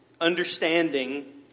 understanding